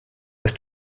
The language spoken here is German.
ist